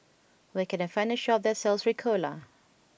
where can I find a shop that sells Ricola